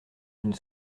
une